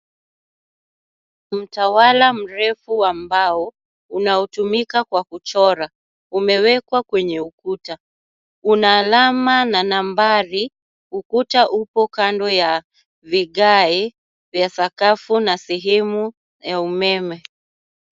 Mtawala mrefu wa mbao unaotumika kwa kuchora, umewekwa kwenye ukuta, una alama na nambari, ukuta upo kando ya vigae vya sakafu na sehemu ya umeme.